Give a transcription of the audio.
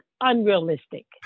unrealistic